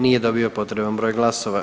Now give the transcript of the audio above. Nije dobio potreban broj glasova.